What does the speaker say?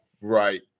right